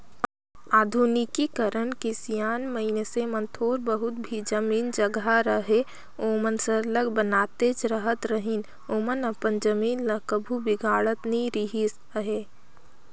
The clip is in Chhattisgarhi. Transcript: आधुनिकीकरन के सियान मइनसे मन थोर बहुत भी जमीन जगहा रअहे ओमन सरलग बनातेच रहत रहिन ओमन अपन जमीन ल कभू बिगाड़त नी रिहिस अहे